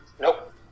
Nope